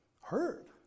hurt